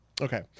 Okay